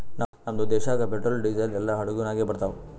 ನಮ್ದು ದೇಶಾಗ್ petrol, diesel ಎಲ್ಲಾ ಹಡುಗ್ ನಾಗೆ ಬರ್ತಾವ್